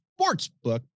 Sportsbook